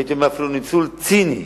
הייתי אומר אפילו ניצול ציני,